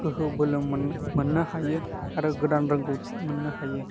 गोहो बोलो मोन्नो हायो आरो गोदान रोंगौथि मोन्नो हायो